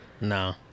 No